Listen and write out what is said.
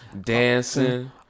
dancing